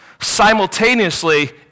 simultaneously